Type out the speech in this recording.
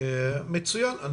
מצוין.